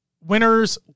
winners